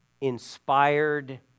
inspired